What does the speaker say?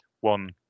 one